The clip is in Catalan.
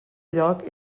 lloc